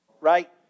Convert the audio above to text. right